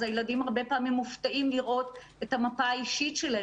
אז הילדים הרבה פעמים מופתעים לראות את המפה האישית שלהם,